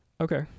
Okay